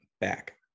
back